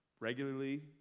regularly